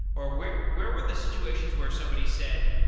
or where where were the situations where somebody said,